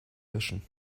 löschen